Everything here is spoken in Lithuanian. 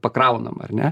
pakraunama ar ne